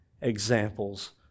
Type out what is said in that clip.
examples